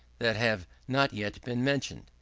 that have not yet been mentioned.